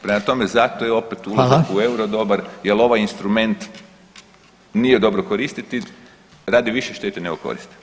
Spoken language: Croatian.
Prema tome, zato je to [[Upadica Reiner: Hvala.]] opet ulazak u euro dobar jel ovaj instrument nije dobro koristiti radi više štete nego koristi.